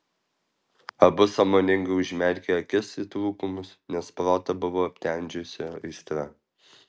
abu sąmoningai užmerkė akis į trūkumus nes protą buvo aptemdžiusi aistra